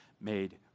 made